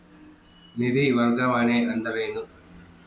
ನಿಧಿ ವರ್ಗಾವಣೆ ಅಂದರೆ ಏನು?